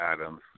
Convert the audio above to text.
Adams